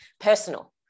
personal